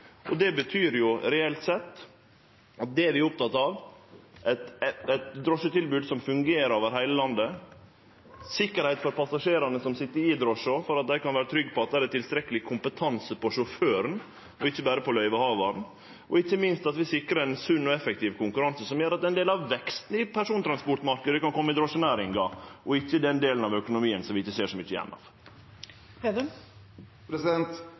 Det betyr reelt sett at det vi er opptekne av, er eit drosjetilbod som fungerer over heile landet, sikkerheit for passasjerane som sit i drosja, for at dei kan vere trygge på at det er tilstrekkeleg kompetanse hos sjåføren og ikkje berre hos løyvehavaren, og ikkje minst at vi sikrar ein sunn og effektiv konkurranse som gjer at ein del av veksten i persontransportmarknaden kan kome i drosjenæringa og ikkje i den delen av økonomien som vi ikkje ser så mykje